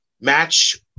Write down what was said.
match